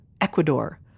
Ecuador